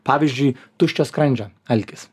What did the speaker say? pavyzdžiui tuščio skrandžio alkis